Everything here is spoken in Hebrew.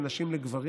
בין נשים לגברים.